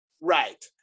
right